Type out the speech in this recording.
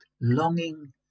longing